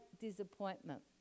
Disappointment